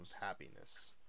happiness